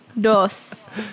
Dos